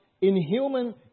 inhuman